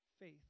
faith